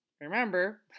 Remember